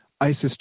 ISIS